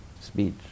Speech